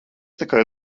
tikai